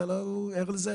אתה לא ער לזה?